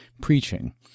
preaching